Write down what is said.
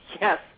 Yes